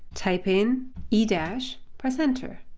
type in e dash, press enter.